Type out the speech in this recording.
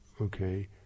okay